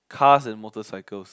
cars and motorcycles